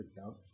account